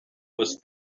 was